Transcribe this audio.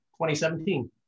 2017